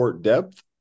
depth